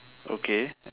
okay